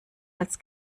als